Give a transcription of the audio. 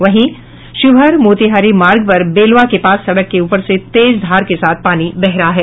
वहीं शिवहर मोतिहारी मार्ग पर बेलवा के पास सड़क के ऊपर से तेज धार के साथ पानी बह रहा है